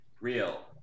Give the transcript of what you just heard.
Real